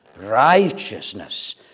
righteousness